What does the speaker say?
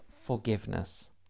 forgiveness